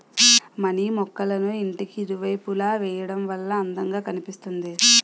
money మొక్కళ్ళను ఇంటికి ఇరువైపులా వేయడం వల్ల అందం గా కనిపిస్తుంది